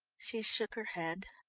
she shook her head.